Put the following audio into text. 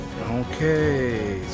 Okay